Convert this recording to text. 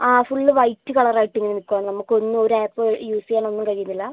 ആ full white colour ആയിട്ട് ഇങ്ങന നിക്കാ നമ്മക്ക് ഒന്ന് ഒര് ആപ്പ് യൂസ് ചെയ്യാൻ ഒന്നും കഴിയുന്നില്ല